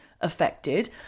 affected